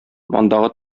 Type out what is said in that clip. андагы